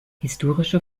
historische